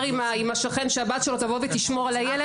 עם השכן שהבת שלו תבוא ותשמור על הילד.